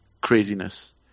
craziness